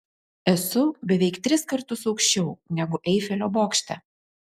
esu beveik tris kartus aukščiau negu eifelio bokšte